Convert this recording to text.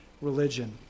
religion